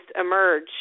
emerge